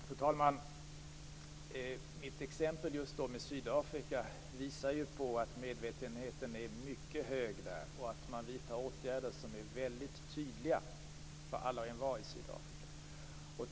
Fru talman! Mitt exempel från just Sydafrika visar att medvetenheten är mycket hög där och att man vidtar åtgärder som är mycket tydliga för alla och envar i Sydafrika.